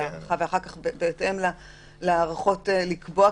ואחר כך בהתאם להערכות לקבוע.